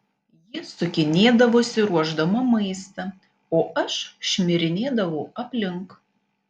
ji sukinėdavosi ruošdama maistą o aš šmirinėdavau aplink